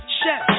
chef